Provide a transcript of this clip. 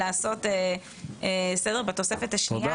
לעשות סדר בתוספת השנייה,